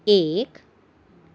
ایک